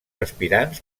aspirants